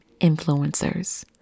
influencers